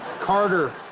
carter,